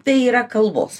tai yra kalbos